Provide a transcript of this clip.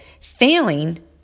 Failing